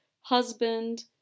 husband